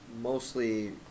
Mostly